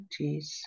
jeez